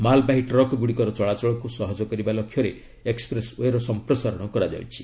ମାଲବାହୀ ଟ୍ରକ୍ଗୁଡ଼ିକର ଚଳାଚଳକୁ ସହଜ କରିବା ଲକ୍ଷ୍ୟରେ ଏକ୍ପ୍ରେସ୍ ଓ୍ବେ ର ସମ୍ପ୍ରସାରଣ କରାଯାଇଛି